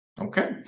Okay